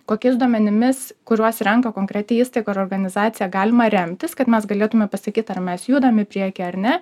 kokiais duomenimis kuriuos renka konkreti įstaiga ar organizacija galima remtis kad mes galėtume pasakyt ar mes judam į priekį ar ne